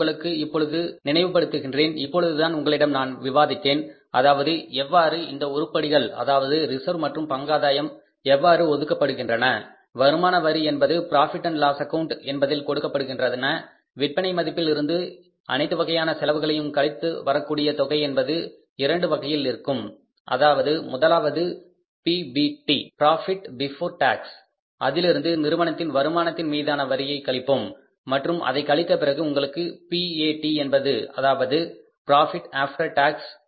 நான் இப்பொழுது உங்களுக்கு நினைவுபடுத்துகிறேன் இப்பொழுதுதான் உங்களிடம் நான் விவாதித்தேன் அதாவது எவ்வாறு இந்த உருப்படிகள் அதாவது ரிசர்வ் மற்றும் பங்காதாயம் எவ்வாறு ஒதுக்கப்படுகின்றன வருமான வரி என்பது profit and loss account Profit Loss Account என்பதில் கொடுக்கப்படுகின்றன விற்பனை மதிப்பில் இருந்து அனைத்துவகையான செலவுகளையும் கழித்து வரக்கூடிய தொகை என்பது இரண்டு வகையில் இருக்கும் முதலாவது PBT புரோஃபிட் பிஃபோர் டேக்ஸ் அதிலிருந்து நிறுவனத்தின் வருமானத்தின் மீதான வரியை கழிப்போம் மற்றும் அதைக் கழித்த பிறகு உங்களுக்கு PAT என்பது அது புரோஃபிட் ஆஃப்டர் டேக்ஸ்